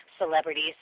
celebrities